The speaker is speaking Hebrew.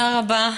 תודה רבה.